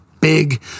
big